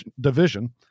division